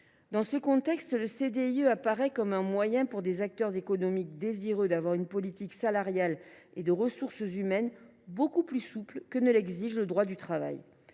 Dans ce contexte, le CDIE apparaît comme un moyen pour des acteurs économiques désireux d’avoir une politique salariale et de ressources humaines beaucoup plus souple que ne l’exige le droit du travail.